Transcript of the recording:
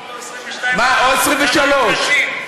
שמת אותו 22, נשים.